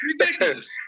Ridiculous